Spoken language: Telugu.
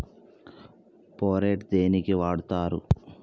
ఫోరెట్ దేనికి వాడుతరు?